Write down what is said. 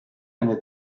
eine